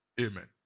Amen